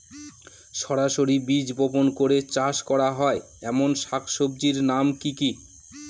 সরাসরি বীজ বপন করে চাষ করা হয় এমন শাকসবজির নাম কি কী?